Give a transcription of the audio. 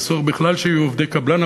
אסור בכלל שיהיו עובדי קבלן,